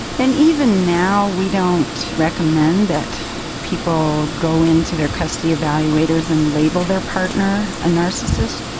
and even now we don't recommend that people go into their custody evaluators and label their partner a narcissist.